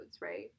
right